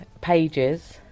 pages